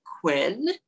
Quinn